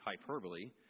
hyperbole